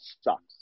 sucks